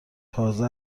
تازه